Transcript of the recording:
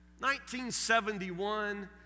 1971